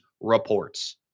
reports